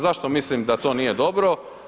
Zašto mislim da to nije dobro?